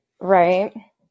Right